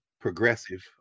progressive